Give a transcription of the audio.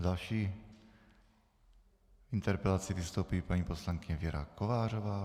S další interpelací vystoupí paní poslankyně Věra Kovářová.